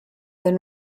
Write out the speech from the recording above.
then